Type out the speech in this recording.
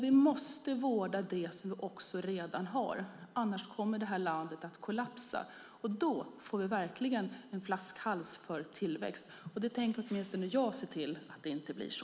Vi måste dock också vårda det vi redan har, för annars kommer det här landet att kollapsa. Då får vi verkligen en flaskhals för tillväxt, och åtminstone jag tänker se till att det inte blir så.